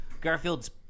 Garfield's